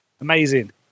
Amazing